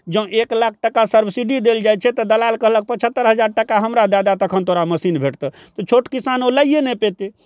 जँ एक लाख टाका सर्ब्सिडी देल जाइ छै तऽ दलाल कहलक पचहत्तरि हजार टाका हमरा दए दऽ तखन तोरा मशीन भेटतय तऽ छोट किसान ओ लैये नहि पेतय